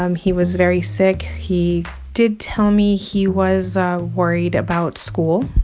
um he was very sick. he did tell me he was worried about school.